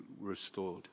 restored